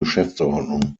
geschäftsordnung